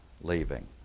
leaving